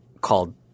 called –